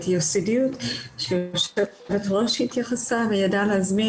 היסודיות וההתייחסות של יושבת הראש וידעה להזמין